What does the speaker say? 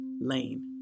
LANE